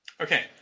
Okay